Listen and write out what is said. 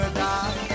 die